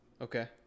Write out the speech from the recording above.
Okay